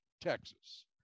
Texas